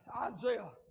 Isaiah